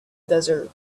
desert